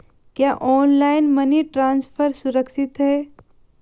क्या online money transfer सुरक्षित है?